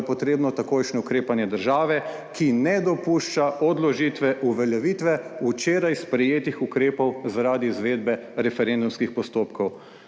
potrebno takojšnje ukrepanje države, ki ne dopušča odložitve uveljavitve včeraj sprejetih ukrepov zaradi izvedbe referendumskih postopkov.